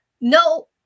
No